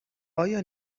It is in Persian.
آیا